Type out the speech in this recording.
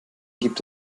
gibt